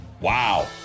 Wow